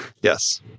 Yes